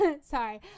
sorry